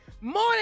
Morning